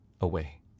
away